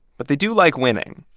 but they do like winning.